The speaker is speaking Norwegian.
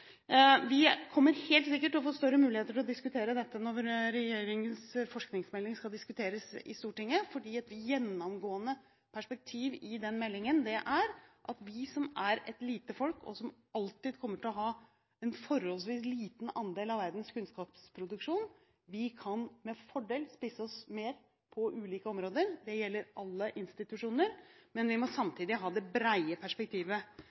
Vi kommer helt sikkert til å få større muligheter til å diskutere dette når regjeringens forskningmelding skal diskuteres i Stortinget, for et gjennomgående perspektiv i den meldingen er at vi som er et lite folk, og som alltid kommer til å ha en forholdsvis liten andel av verdens kunnskapsproduksjon, med fordel kan spisse oss mer på ulike områder. Det gjelder alle institusjoner, men vi må samtidig ha det brede perspektivet